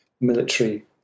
military